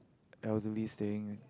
elderly staying